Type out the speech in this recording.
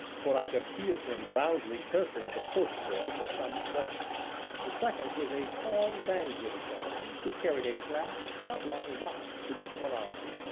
for i could hear him roundly cursing the post-boy for some fault the second was a tall, languid gentleman, who carried a flat, oblong box beneath one arm,